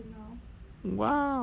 !wow!